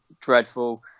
dreadful